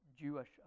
Jewish